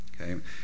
okay